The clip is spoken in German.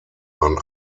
man